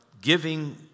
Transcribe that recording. giving